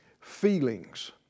feelings